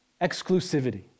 exclusivity